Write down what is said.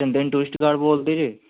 tourist guard ਬੋਲ ਦੇ ਜੈ